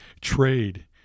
trade